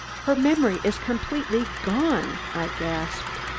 her memory is completely gone! i gasped.